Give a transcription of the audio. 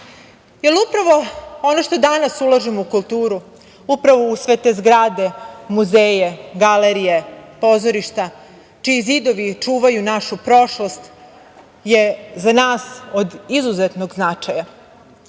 jer upravo ono što danas ulažemo u kulturu, upravo u sve te zgrade, muzeje, galerije, pozorišta, čiji zidovi čuvaju našu prošlost je za nas od izuzetnog značaja. Zato